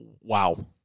Wow